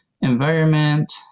environment